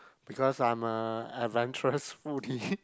because I'm a adventurous foodie